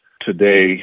today